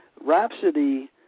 Rhapsody